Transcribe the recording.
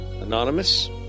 Anonymous